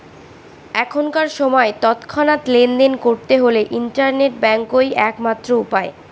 এখনকার সময় তৎক্ষণাৎ লেনদেন করতে হলে ইন্টারনেট ব্যাঙ্কই এক মাত্র উপায়